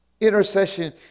Intercession